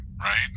right